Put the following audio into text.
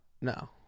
No